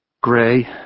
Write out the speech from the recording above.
Gray